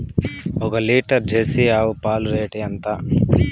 ఒక litre Jersey ఆవు పాలు రేటు ఎంత?